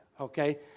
okay